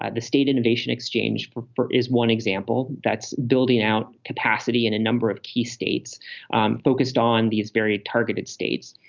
ah the state innovation exchange is one example that's building out capacity in a number of key states um focused on these very targeted states.